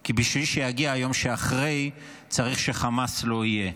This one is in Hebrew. כי בשביל שיגיע היום שאחרי, צריך שחמאס לא יהיה.